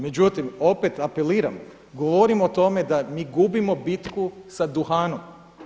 Međutim, opet apeliram, govorim o tome da mi gubimo bitku sa duhanom.